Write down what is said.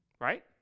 right